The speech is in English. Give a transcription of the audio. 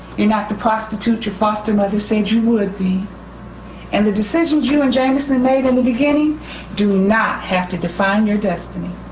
you're not the prostitute your foster mother said you would be and the decisions you and jamerson made in the beginning do not have to define your destiny.